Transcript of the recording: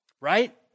right